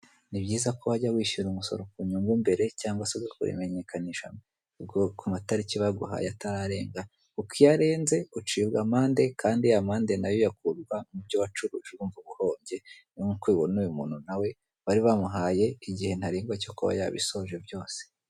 Ni byiza ko wajya wishyura umusoro ku nyungu mbere cyangwa se ukamenyekanisha ubwo ku matariki baguhaye atararenga, kuko iyo arenze ucibwa amande kandi amande nayo yakurwa mu byo wacuruje urumva uba uhombye nkuko mubibona uyu muntu na we bari bamuhaye igihe ntarengwa cyo kuba yabisoje byose.